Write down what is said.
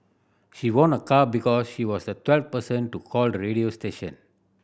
she won a car because she was the twelfth person to call the radio station